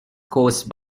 caused